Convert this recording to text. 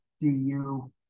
DU